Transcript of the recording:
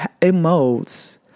emotes